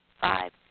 five